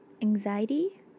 Anxiety